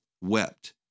wept